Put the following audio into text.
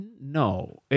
no